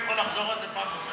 אתה יכול לחזור על זה פעם נוספת?